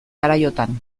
garaiotan